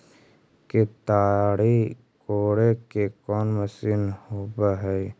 केताड़ी कोड़े के कोन मशीन होब हइ?